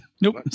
Nope